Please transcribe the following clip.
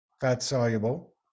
fat-soluble